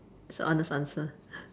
it's a honest answer